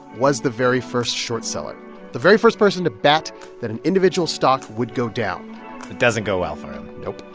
was the very first short seller the very first person to bet that an individual stock would go down it doesn't go well for him nope